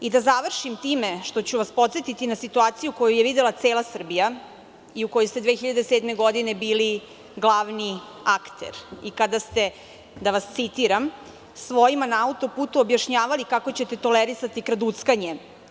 Da završim time što ću vas podsetiti na situaciju koju je videla cela Srbija i u kojoj ste 2007. godine bili glavni akter i kada ste, citiram, svojima na autoputu objašnjavali kako ćete tolerisati kraduckanje.